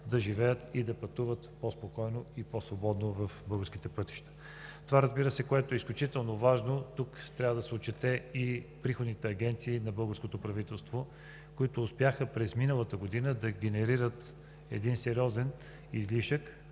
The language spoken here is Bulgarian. да живеят и да пътуват по-спокойно и по-свободно по българските пътища. Това, което е изключително важно и тук трябва да се отчете, че приходните агенции на българското правителство успяха през миналата година да генерират един сериозен излишък,